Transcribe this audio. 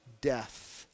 death